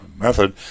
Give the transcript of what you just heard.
method